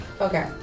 Okay